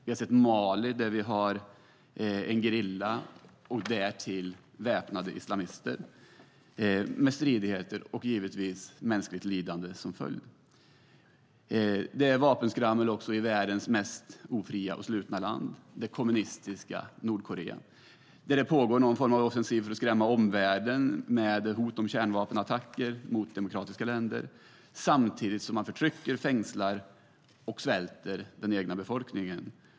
I Mali finns en gerilla och därtill väpnade islamister. De befinner sig i stridigheter med givetvis mänskligt lidande som följd. Det är vapenskrammel också i världens mest ofria och slutna land, det kommunistiska Nordkorea. Där pågår någon form av offensiv för att skrämma omvärlden med hot om kärnvapenattacker mot demokratiska länder. Samtidigt förtrycker man, fängslar och svälter den egna befolkningen.